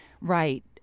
right